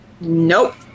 Nope